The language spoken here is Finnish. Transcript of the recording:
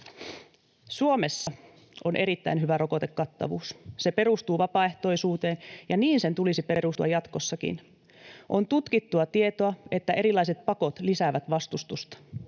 Suomessa on erittäin hyvä rokotekattavuus, se perustuu vapaaehtoisuuteen ja niin sen tulisi perustua jatkossakin. On tutkittua tietoa, että erilaiset pakot lisäävät vastustusta.